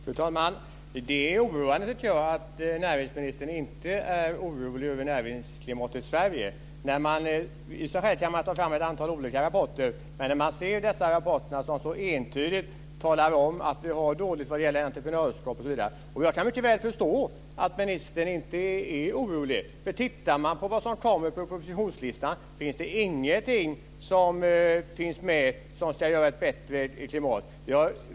Fru talman! Jag tycker att det är oroande att näringsministern inte är orolig över näringsklimatet i Sverige. Man kan i och för sig ta fram ett antal olika rapporter, och man kan se att dessa rapporter entydigt talar om att vi har dåligt entreprenörskap osv. Jag kan mycket väl förstå att ministern inte är orolig. Om man tittar i propositionslistan kan man se att det inte finns någonting med som kan göra klimatet bättre.